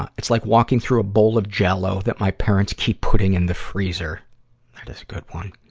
and it's like walking through a bowl of jell-o that my parents keep putting in the freezer good one.